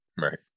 Right